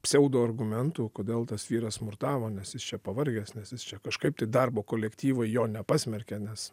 pseudo argumentų kodėl tas vyras smurtavo nes jis čia pavargęs nes jis čia kažkaip tai darbo kolektyvai jo nepasmerkia nes